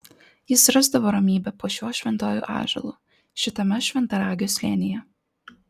jis rasdavo ramybę po šiuo šventuoju ąžuolu šitame šventaragio slėnyje